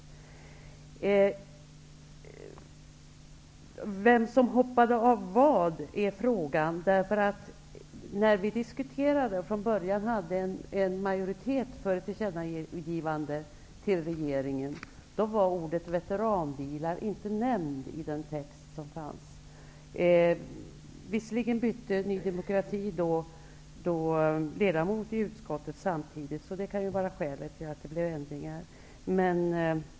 Frågan är vem som hoppade av vad. När vi förde diskussioner och från början hade en majoritet för ett tillkännagivande till regeringen var ordet veteranbilar inte nämnt i den text som fanns. Ny demokrati bytte visserligen ledamot i utskottet vid detta tillfälle. Det kan vara skälet till att det blev ändringar.